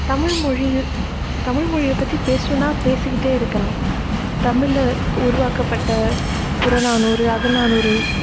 தமிழ்மொழி தமிழ்மொழியை பற்றி பேசணுன்னா பேசிக்கிட்டே இருக்கலாம் தமிழ்ல உருவாக்கப்பட்ட புறநானூறு அகநானூறு